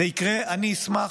זה יקרה, אני אשמח,